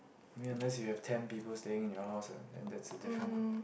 I mean unless you have ten people staying in your house ah then that's a different